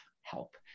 help